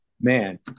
man